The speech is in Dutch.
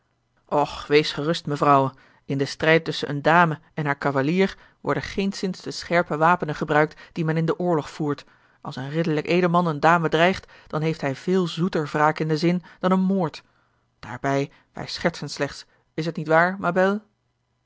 och wees gerust mevrouwe in den strijd tusschen eene dame en haar cavalier worden geenszins de scherpe wapenen gebruikt die men in den oorlog voert als een ridderlijk edelman eene dame dreigt dan heeft hij veel zoeter wraak in den zin dan een moord daarbij wij schertsen slechts is het niet waar